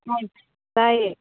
ꯍꯥꯎ ꯇꯥꯏꯌꯦ